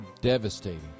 devastating